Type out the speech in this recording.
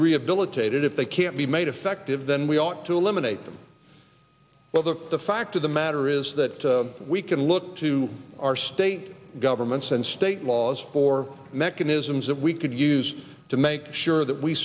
rehabilitated if they can't be made effective then we ought to eliminate them whether the fact of the matter is that we can look to our state governments and state laws for mechanisms that we could use to make sure that we